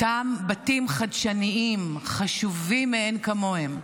אותם בתים חדשניים, חשובים מאין כמוהם,